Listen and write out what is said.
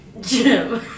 Jim